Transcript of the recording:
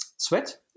sweat